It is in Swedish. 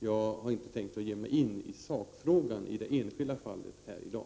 Jag har inte tänkt ge mig in i sakfrågan i det enskilda fallet här i dag.